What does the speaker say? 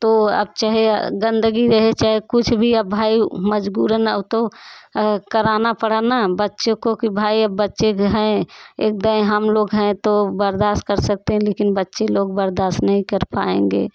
तो अब चाहे गंदगी रहे चाहे कुछ भी अब भाई मजबूरन अब तो कराना पड़ा न बच्चे को कि भाई अब बच्चे हैं एक दैं हम लोग हैं तो बर्दाश्त सकते हैं लेकिन बच्चे लोग बर्दाश्त नहीं कर पाएँगे